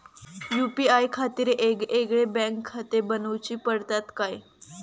UPI खातीर येगयेगळे बँकखाते बनऊची पडतात काय?